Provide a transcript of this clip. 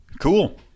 Cool